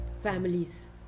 families